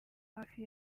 hafi